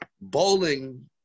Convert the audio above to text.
bowling